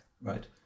right